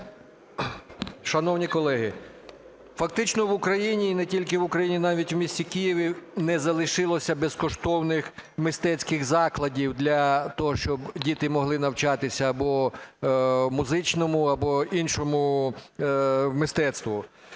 Шановні колеги, фактично в Україні, і не тільки в Україні, навіть у місті Києві, не залишилося безкоштовних мистецьких закладів для того, щоб діти могли навчатися або музичному, або іншому мистецтву.